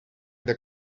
this